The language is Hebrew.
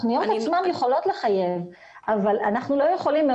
התוכניות עצמן יכולות לחייב אבל אנחנו לא יכולים לחייב